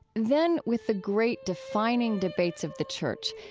then, with the great defining debates of the church,